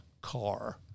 car